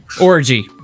Orgy